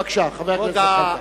בבקשה, חבר הכנסת זחאלקה.